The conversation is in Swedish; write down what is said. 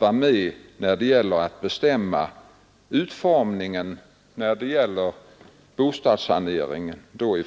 Vi har fått lov att ändra rätt mycket på lagstiftningssidan, som